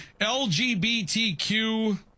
LGBTQ